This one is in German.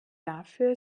dafür